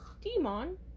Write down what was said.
Demon